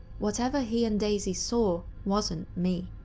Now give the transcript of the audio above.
whatever he and daisy saw wasn't me.